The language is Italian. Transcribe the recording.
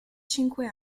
cinque